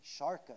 Sharka